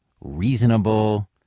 reasonable